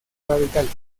radicales